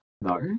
No